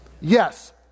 Yes